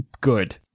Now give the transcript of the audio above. good